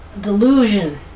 delusion